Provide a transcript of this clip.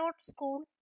school